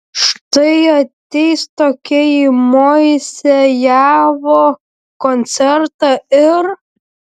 štai ateis tokie į moisejevo koncertą ir